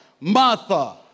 Martha